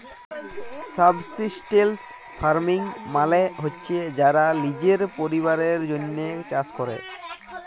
subsistence farming মালে হছে যারা লিজের পরিবারের জ্যনহে চাষ ক্যরে